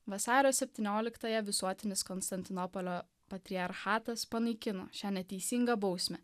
vasario septynioliktąją visuotinis konstantinopolio patriarchatas panaikino šią neteisingą bausmę